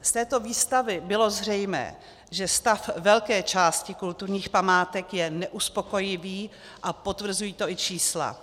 Z této výstavy bylo zřejmé, že stav velké části kulturních památek je neuspokojivý, a potvrzují to i čísla.